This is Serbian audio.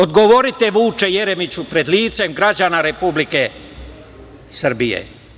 Odgovorite, Vuče Jeremiću, pred licem građana Republike Srbije.